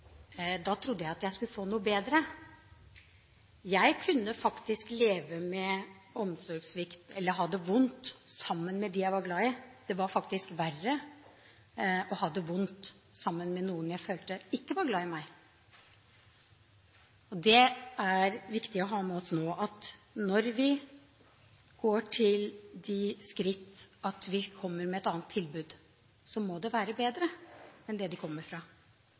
da trodde jeg at jeg skulle få noe bedre. Jeg kunne faktisk leve med omsorgssvikt eller ha det vondt sammen med dem jeg var glad i. Det var faktisk verre å ha det vondt sammen med noen jeg følte ikke var glad i meg. Det er viktig å ha med oss nå. Når vi går til de skritt at vi kommer med et annet tilbud, må det være bedre enn det man kommer fra.